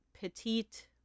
petite